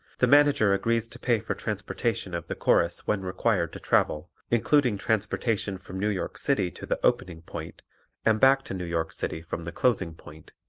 the manager agrees to pay for transportation of the chorus when required to travel, including transportation from new york city to the opening point and back to new york city from the closing point,